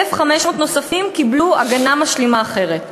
1,500 נוספים קיבלו הגנה משלימה אחרת.